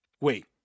Wait